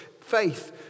faith